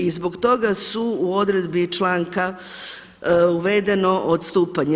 I zbog toga su u odredbi članka uvedeno odstupanje.